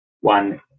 one